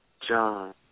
John